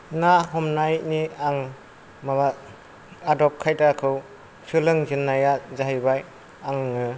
ना हमनायनि आं माबा आदब खायदाखौ सोलोंजेननाया जाहैबाय